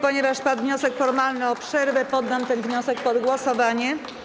Ponieważ padł wniosek formalny o przerwę, poddam ten wniosek pod głosowanie.